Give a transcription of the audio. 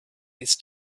this